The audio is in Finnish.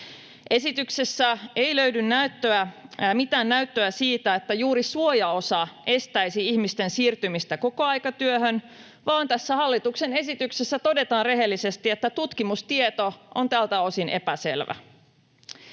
Esityksessä ei löydy mitään näyttöä siitä, että juuri suojaosa estäisi ihmisten siirtymistä kokoaikatyöhön, vaan tässä hallituksen esityksessä todetaan rehellisesti, että tutkimustieto on tältä osin epäselvä.